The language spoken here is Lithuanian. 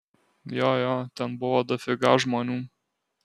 jo jo ten buvo dafiga žmonių